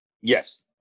Yes